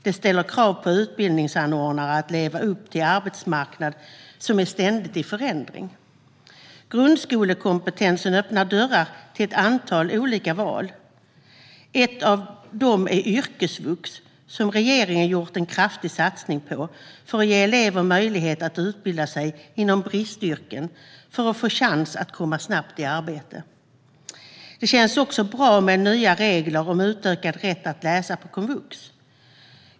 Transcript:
Detta ställer krav på utbildningsanordnare att leva upp till en arbetsmarknad som är i ständig förändring. Grundskolekompetens öppnar dörrar till ett antal olika val. Ett av dessa är yrkesvux, som regeringen har gjort en kraftig satsning på för att ge elever möjlighet att utbilda sig inom bristyrken för att få chans att snabbt komma i arbete. Det känns bra med nya regler om utökad rätt att läsa på komvux.